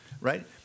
right